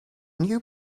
new